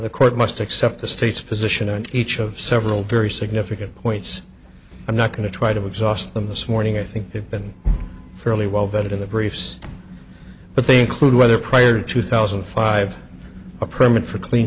the court must accept the state's position on each of several very significant points i'm not going to try to exhaust them this morning i think they've been fairly well vetted in the briefs but they include weather prior two thousand and five a permit for clean